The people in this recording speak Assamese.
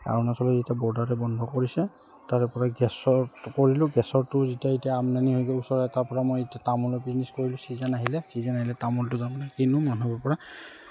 অৰুণাচলৰ যেতিয়া বৰ্ডাৰতে বন্ধ কৰিছে তাৰেপৰা গেছৰ কৰিলোঁ গেছৰটো যেতিয়া এতিয়া আমদনি হৈ গ'ল ওচৰৰ এটাৰপৰা মই এতিয়া তামোলৰ বিজনেছ কৰিলোঁ চিজন আহিলে ছিজন আহিলে তামোলটো তাৰমানে কিনো মানুহৰপৰা